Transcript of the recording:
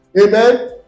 Amen